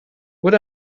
what